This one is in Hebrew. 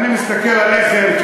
נא לסיים.